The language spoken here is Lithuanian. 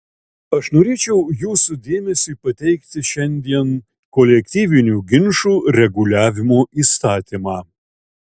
aš norėčiau jūsų dėmesiui pateikti šiandien kolektyvinių ginčų reguliavimo įstatymą